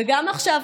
וגם עכשיו,